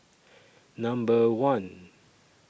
Number one